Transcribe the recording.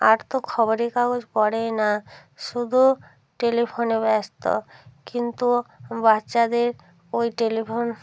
আর তো খবরের কাগজ পড়েই না শুধু টেলিফোনে ব্যস্ত কিন্তু বাচ্চাদের ওই টেলিফোন